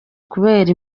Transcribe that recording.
kubera